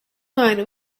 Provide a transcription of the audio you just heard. night